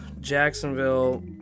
Jacksonville